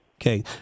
Okay